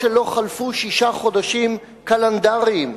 ואף-על-פי שלא חלפו שישה חודשים קלנדריים,